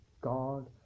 God